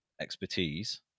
expertise